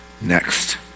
next